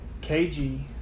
KG